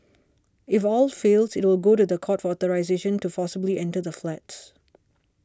if all fails it will go to the court for authorisation to forcibly enter the flats